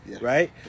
right